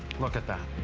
look that,